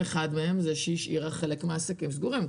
אחד זה שהיא השאירה חלק מהעסקים סגורים.